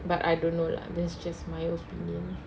but I don't know lah that's just my opinion